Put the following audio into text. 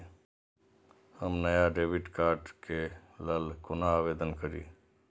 हम नया debit card के लल कौना आवेदन करि?